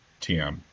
TM